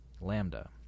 Lambda